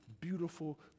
beautiful